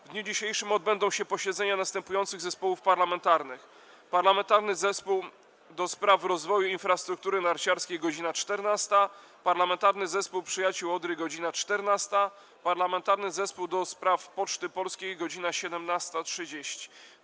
W dniu dzisiejszym odbędą się posiedzenia następujących zespołów parlamentarnych: - Parlamentarnego Zespołu ds. Rozwoju Infrastruktury Narciarskiej - godz. 14, - Parlamentarnego Zespołu Przyjaciół Odry - godz. 14, - Parlamentarnego Zespołu ds. Poczty Polskiej - godz. 17.30.